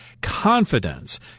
confidence